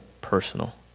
personal